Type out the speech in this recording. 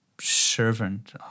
servant